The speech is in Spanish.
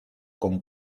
con